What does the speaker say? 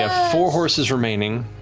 ah four horses remaining.